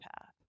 path